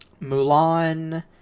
Mulan